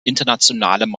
internationalem